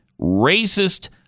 racist